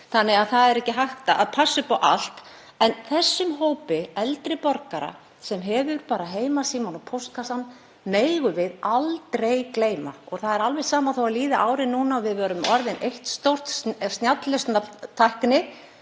og það er ekki hægt að passa upp á allt. En þessum hópi eldri borgara sem hefur bara heimasímann og póstkassann megum við aldrei gleyma. Og það er alveg sama þó að árin líði og við verðum orðin eitt stórt snjalllausnasamfélag,